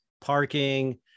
parking